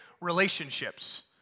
relationships